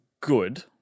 good